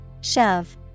Shove